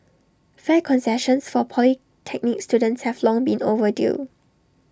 fare concessions for polytechnic students have long been overdue